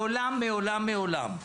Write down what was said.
מעולם מעולם מעולם.